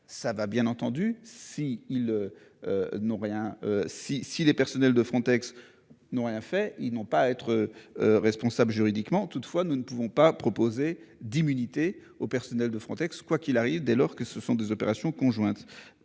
N'ont rien si si les personnels de Frontex n'ont rien fait ils n'ont pas à être. Responsable juridiquement. Toutefois, nous ne pouvons pas proposé d'immunité au personnel de Frontex. Quoi qu'il arrive, dès lors que ce sont des opérations conjointes